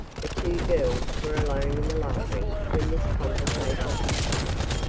the two girls were alone in the library when this conversation took place.